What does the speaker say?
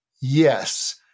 Yes